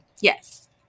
Yes